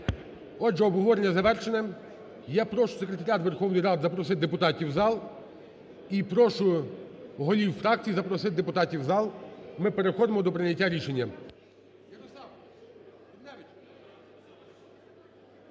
Отже, обговорення завершене. Я прошу секретаріат Верховної Ради запросити депутатів в зал і прошу голів фракцій запросити депутатів в зал. Ми переходимо до прийняття рішення.